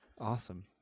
Awesome